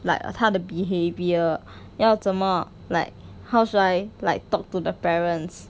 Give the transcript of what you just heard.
like 他的 behaviour 要怎么 like how should I like talk to the parents